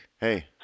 Hey